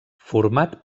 format